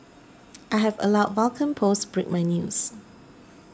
I have allowed Vulcan post break my news